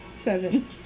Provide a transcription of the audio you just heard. Seven